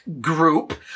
group